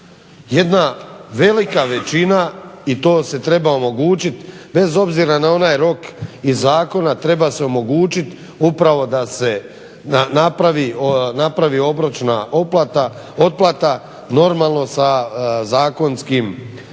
Jedna velika većina i to se treba omogućiti bez obzira na onaj rok iz zakona, treba se omogućit upravo da se napravi obročna otplata normalno sa zakonskim